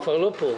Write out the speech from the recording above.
הוא כבר לא פה.